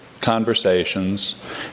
conversations